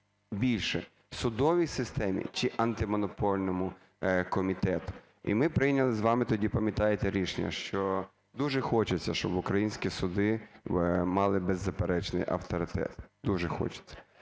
більше: судовій системі чи Антимонопольному комітету. І ми прийняли з вами тоді, пам'ятаєте, рішення, що дуже хочеться, щоб українські суди мали беззаперечний авторитет, дуже хочеться.